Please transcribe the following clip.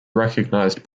recognized